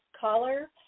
caller